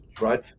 right